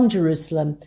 Jerusalem